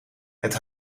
het